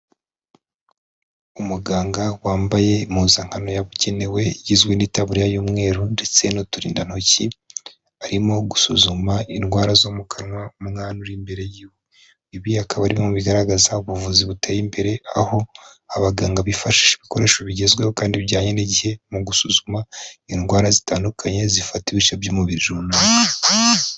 Umuganga wambaye impuzankano yabugenewe igizwe n'itaburiya y'umweru ndetse n'uturindantoki, arimo gusuzuma indwara zo mu kanwa umwana uri imbere yiwe. Ibi akaba ari mu bigaragaza ubuvuzi buteye imbere, aho abaganga bifashisha ibikoresho bigezweho kandi bijyanye n'igihe. Mu gusuzuma indwara zitandukanye zifata ibice by'umubiri runaka.